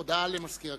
הודעה למזכיר הכנסת.